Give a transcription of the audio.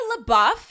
LaBeouf